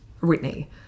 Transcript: whitney